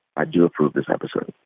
i do approve this episode